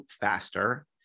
faster